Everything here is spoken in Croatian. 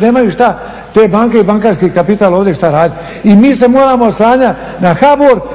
nemaju šta te banke i taj bankarski kapital ovdje šta raditi. i mi se moramo oslanjati HBOR